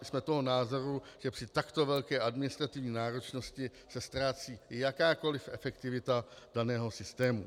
Jsme toho názoru, že při takto velké administrativní náročnosti se ztrácí jakákoliv efektivita daného systému.